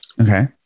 Okay